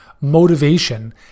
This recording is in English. motivation